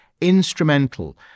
instrumental